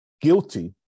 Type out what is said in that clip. guilty